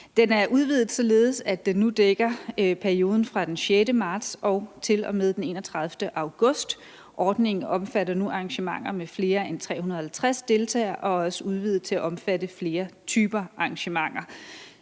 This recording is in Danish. Den er udvidet, således at den nu dækker perioden fra den 6. marts til og med den 31. august. Ordningen omfatter nu arrangementer med flere end 350 deltagere og er også udvidet til at omfatte flere typer arrangementer.